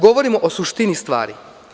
Govorimo o suštini stvari.